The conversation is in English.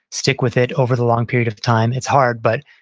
stick with it over the long period of time. it's hard but,